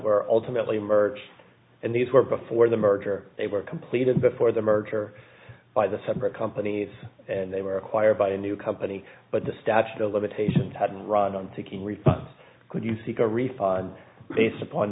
were ultimately emerge and these were before the merger they were completed before the merger by the separate companies and they were acquired by a new company but the statute of limitations had run on thinking we could you seek a refund based upon